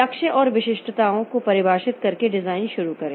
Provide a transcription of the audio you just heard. लक्ष्य और विशिष्टताओं को परिभाषित करके डिजाइन शुरू करें